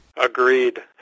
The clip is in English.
Agreed